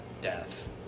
death